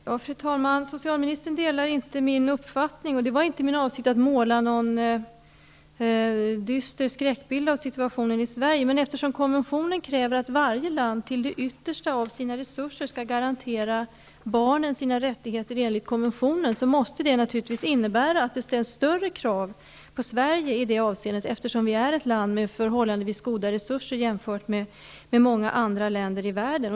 Fru talman! Socialministern delar inte min uppfattning, och det var inte min avsikt att måla upp någon dyster skräckbild av situationen i Sverige. Men eftersom konventionen kräver att varje land till det yttersta av sina resurser skall garantera barnen deras rättigheter enligt konventionen, måste det naturligtvis innebära att det ställs större krav på Sverige i det avseendet, eftersom Sverige jämfört med många andra länder i världen är ett land med förhållandevis goda resurser.